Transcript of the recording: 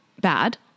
bad